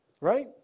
right